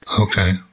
Okay